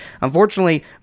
Unfortunately